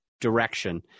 direction